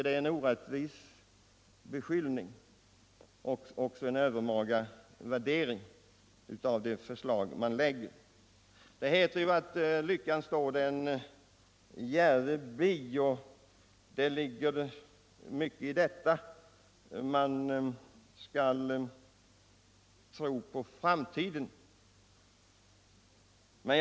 Det är en orättvis beskyllning och en övermaga värdering av det förslag han är talesman för. Det sägs att lyckan står den djärve bi. Mycket ligger i detta. Man skall tro på framtiden.